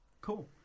Cool